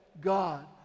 God